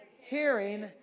hearing